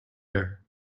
air